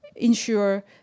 Ensure